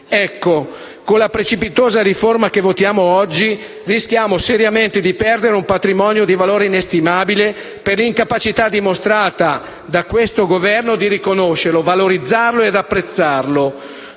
Con la precipitosa riforma che votiamo oggi rischiamo seriamente di perdere un patrimonio di valore inestimabile per l'incapacità dimostrata da questo Governo di riconoscerlo, valorizzarlo ed apprezzarlo.